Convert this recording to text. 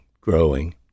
growing